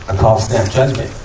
and called snap judgment.